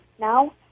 now